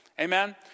Amen